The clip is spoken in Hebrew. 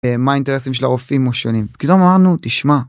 ‫מה האינטרסים של הרופאים השונים? ‫כי אמרנו, תשמע...